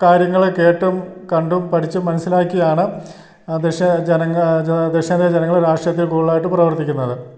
കാര്യങ്ങൾ കേട്ടും കണ്ടും പഠിച്ചും മനസ്സിലാക്കിയാണ് ദക്ഷിണേന്ത്യൻ ജനങ്ങൾ രാഷ്ട്രീയത്തിൽ കൂടുതലായിട്ട് പ്രവർത്തിക്കുന്നത്